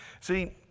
See